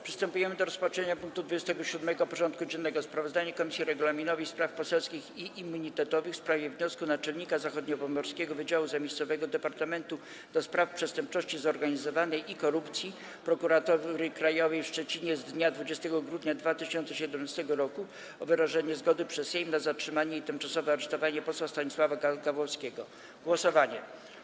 Przystępujemy do rozpatrzenia punktu 27. porządku dziennego: Sprawozdanie Komisji Regulaminowej, Spraw Poselskich i Immunitetowych w sprawie wniosku Naczelnika Zachodniopomorskiego Wydziału Zamiejscowego Departamentu do Spraw Przestępczości Zorganizowanej i Korupcji Prokuratury Krajowej w Szczecinie z dnia 20 grudnia 2017 r. o wyrażenie zgody przez Sejm na zatrzymanie i tymczasowe aresztowanie posła Stanisława Gawłowskiego (druk nr 2306) - głosowanie.